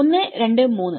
ഒന്ന് രണ്ട് മൂന്ന്